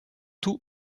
tout